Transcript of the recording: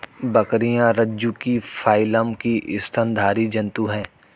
बकरियाँ रज्जुकी फाइलम की स्तनधारी जन्तु है